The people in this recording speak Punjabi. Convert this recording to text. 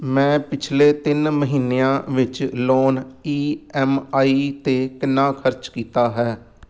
ਮੈਂ ਪਿਛਲੇ ਤਿੰਨ ਮਹੀਨਿਆਂ ਵਿੱਚ ਲੋਨ ਈ ਐੱਮ ਆਈ 'ਤੇ ਕਿੰਨਾ ਖਰਚ ਕੀਤਾ ਹੈ